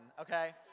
okay